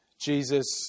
Jesus